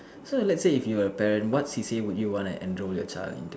so let's say if you were a parent what C_C_A would you want to enroll your child into